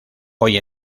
hoy